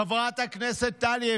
חברת הכנסת טלי,